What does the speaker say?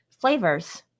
flavors